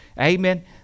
Amen